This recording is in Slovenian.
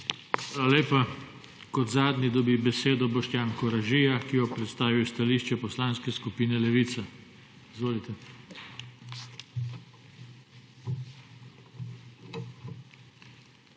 lepa. Kot zadnji dobi besedo Boštjan Koražija, ki bo predstavil stališče Poslanske skupine Levica. BOŠTJAN